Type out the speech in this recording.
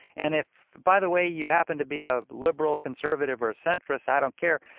and if, by the way, you happen to be a liberal, conservative or centrist, i don't care.